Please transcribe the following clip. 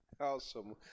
Awesome